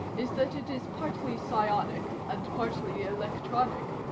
is that it is partly psionic and partly electronic,